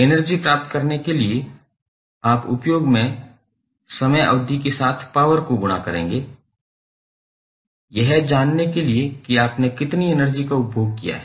energy प्राप्त करने के लिए आप उपयोग की समय अवधि के साथ पॉवर को गुणा करेंगे यह जानने के लिए कि आपने कितनी एनर्जी का उपभोग किया है